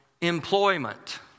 employment